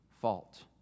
fault